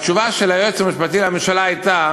התשובה של היועץ המשפטי לממשלה הייתה